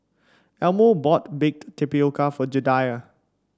Elmo bought Baked Tapioca for Jedidiah